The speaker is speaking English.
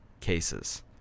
cases